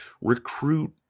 recruit